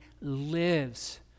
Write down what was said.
lives